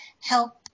help